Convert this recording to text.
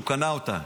שהוא קנה אותה,